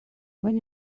when